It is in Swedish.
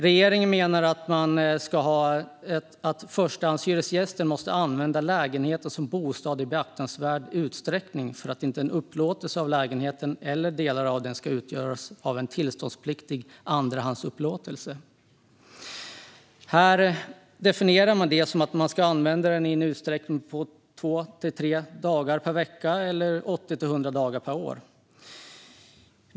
Regeringen menar att förstahandshyresgästen måste använda lägenheten som bostad i beaktansvärd utsträckning för att inte en upplåtelse av lägenheten eller en del av den ska utgöra en tillståndspliktig andrahandsupplåtelse. Man definierar det som att lägenheten ska användas två till tre dagar per vecka eller 80-100 dagar per år.